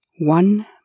one